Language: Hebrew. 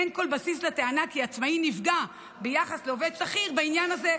אין כל בסיס לטענה שעצמאי נפגע ביחס לעובד שכיר בעניין הזה.